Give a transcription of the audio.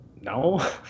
No